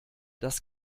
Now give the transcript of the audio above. das